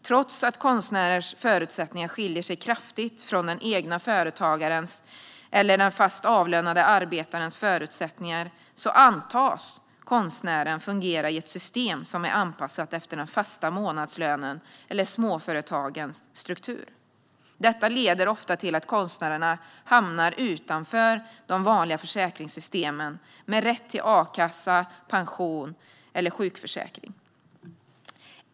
Trots att konstnärers förutsättningar skiljer sig kraftigt från den egna företagarens eller den fast avlönade arbetarens förutsättningar antas konstnären fungera i ett system som är anpassat efter den fasta månadslönen eller småföretagens struktur. Detta leder ofta till att konstnärerna hamnar utanför de vanliga försäkringssystemen med rätt till a-kassa, pension eller sjukförsäkring.